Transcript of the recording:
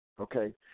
okay